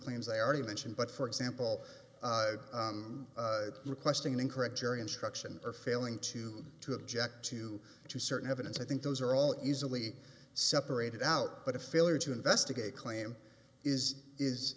claims i already mentioned but for example requesting an incorrect jury instruction or fail and two to object to you to certain evidence i think those are all easily separated out but a failure to investigate claim is is